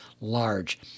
large